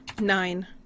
Nine